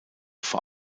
vor